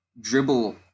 dribble